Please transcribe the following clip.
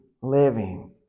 living